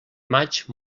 maig